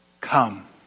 Come